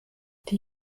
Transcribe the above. die